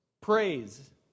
praise